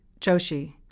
Joshi